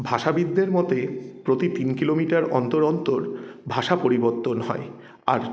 ভাষাবিদদের মতে প্রতি তিন কিলোমিটার অন্তর অন্তর ভাষা পরিবর্তন হয় আর